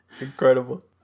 Incredible